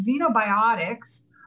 xenobiotics